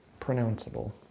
pronounceable